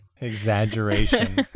Exaggeration